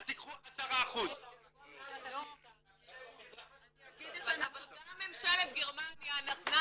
אז תקחו 10%. גם ממשלת גרמניה נתנה